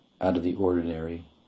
out-of-the-ordinary